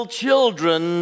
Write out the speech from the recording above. children